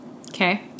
Okay